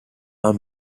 are